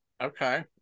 Okay